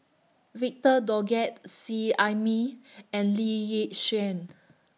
Victor Doggett Seet Ai Mee and Lee Yi Shyan